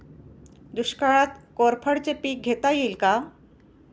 दुष्काळात कोरफडचे पीक घेता येईल का?